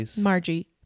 Margie